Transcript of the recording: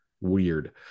weird